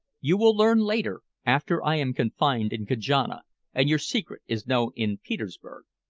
you will learn later, after i am confined in kajana and your secret is known in petersburg.